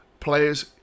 Players